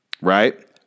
right